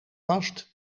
past